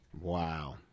wow